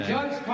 Judge